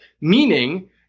Meaning